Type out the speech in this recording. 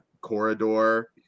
corridor